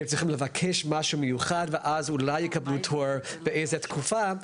הם צריכים לבקש משהו מיוחד ואז אולי יקבלו תור באיזו תקופה.